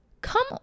Come